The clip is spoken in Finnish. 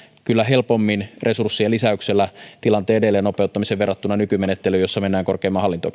kyllä helpommin resurs sien lisäyksellä tilanteen edelleen nopeuttamisen verrattuna nykymenettelyyn jossa mennään korkeimman hallinto